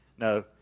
No